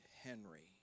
Henry